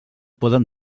poden